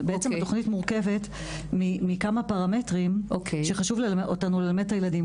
בעצם התוכנית מורכבת מכמה פרמטרים שחשוב לנו ללמד את הילדים.